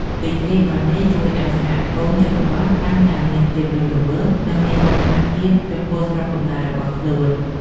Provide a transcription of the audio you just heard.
ពិធីបុណ្យនេះជួយឱ្យសហគមន៍ជនបទកាន់តែមានភាពរស់រវើក និងមានមោទនភាពចំពោះស្រុកកំណើតរបស់ខ្លួន។